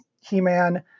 He-Man